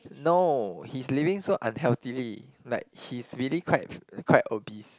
no he's living so unhealthily like he's quite quite obese